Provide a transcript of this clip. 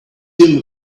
him